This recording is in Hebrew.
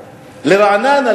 לרעננה,